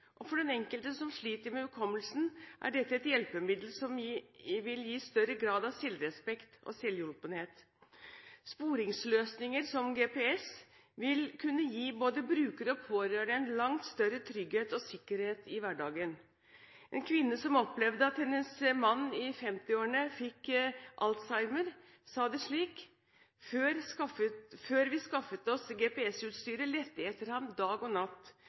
beskjeder. For den enkelte som sliter med hukommelsen, er dette et hjelpemiddel som vil gi større grad av selvrespekt og selvhjulpenhet. Sporingsløsninger som GPS vil kunne gi både brukere og pårørende en langt større trygghet og sikkerhet i hverdagen. En kvinne som opplevde at hennes mann i 50-årene fikk alzheimer, sa det slik: Før vi skaffet oss GPS-utstyret, lette jeg etter ham dag og natt.